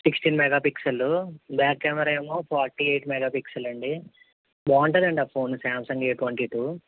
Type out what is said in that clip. sixteen mega pixel back camera ఏమో forty eight mega pixel అండి బాగుంటుందండి ఫోన్ శాంసంగే ట్వంటీ టూ